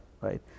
right